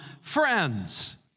friends